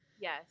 Yes